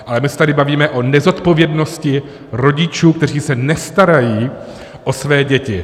Ale my se tady bavíme o nezodpovědnosti rodičů, kteří se nestarají o své děti.